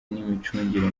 n’imicungire